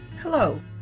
Hello